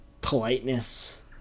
politeness